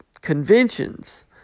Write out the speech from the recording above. conventions